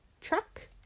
Truck